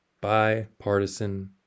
bipartisan